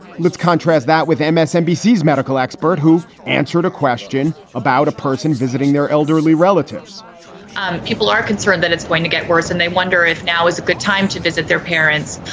let's contrast that with msnbc medical expert who answered a question about a person visiting their elderly relatives people are concerned that it's going to get worse and they wonder if now is a good time to visit their parents.